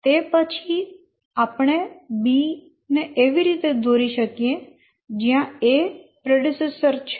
તે પછી આપણે B ને એવી રીતે દોરી શકીએ જયાં A પ્રેડેસેસર છે